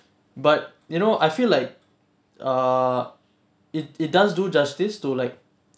but you know I feel like uh it it does do justice to like